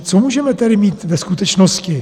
Co můžeme tedy mít ve skutečnosti?